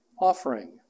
offering